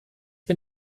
bin